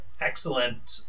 excellent